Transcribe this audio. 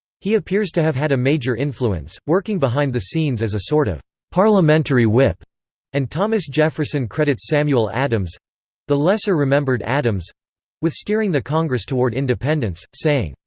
he appears to have had a major influence, working behind the scenes as a sort of parliamentary whip and thomas jefferson credits samuel adams the lesser-remembered adams with steering the congress toward independence, saying,